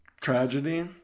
tragedy